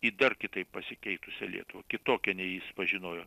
į dar kitaip pasikeitusią lietuvą kitokią nei jis pažinojo